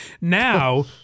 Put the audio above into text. Now